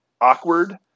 awkward